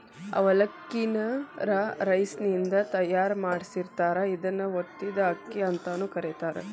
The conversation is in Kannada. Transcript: ಅವಲಕ್ಕಿ ನ ರಾ ರೈಸಿನಿಂದ ತಯಾರ್ ಮಾಡಿರ್ತಾರ, ಇದನ್ನ ಒತ್ತಿದ ಅಕ್ಕಿ ಅಂತಾನೂ ಕರೇತಾರ